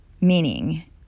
meaning